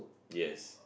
yes